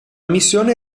missione